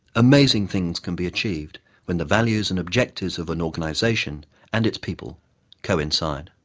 amazing things can be achieved when the values and objectives of an organization and its people coincide.